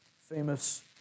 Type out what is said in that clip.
famous